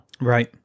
Right